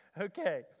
Okay